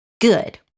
Good